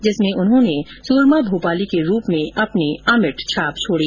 जिसमें उन्होंने सूरमा भोपाली के रूप में अपनी अमिट छाप छोड़ी